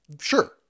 Sure